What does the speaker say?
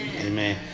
amen